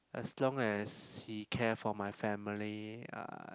as long as he care for my family uh